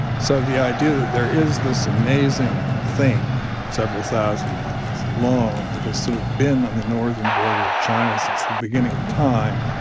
so the idea that there is this amazing thing several thousand miles long that has sort of been on the northern border of china since the beginning of time,